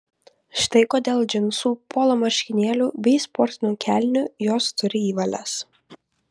štai kodėl džinsų polo marškinėlių bei sportinių kelnių jos turi į valias